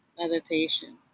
meditation